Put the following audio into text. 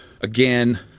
again